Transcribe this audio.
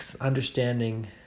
understanding